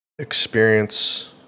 experience